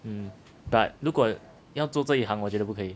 um but 如果要做这一行我觉得不可以